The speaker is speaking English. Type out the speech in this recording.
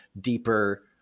deeper